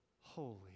holy